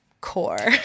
core